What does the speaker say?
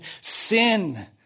sin